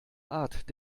art